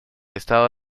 estado